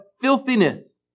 filthiness